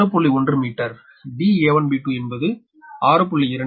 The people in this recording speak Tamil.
1 மீட்டர் da1b2 என்பது 6